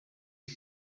and